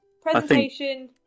presentation